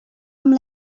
some